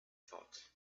thought